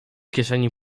kieszeni